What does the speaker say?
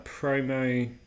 promo